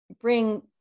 bring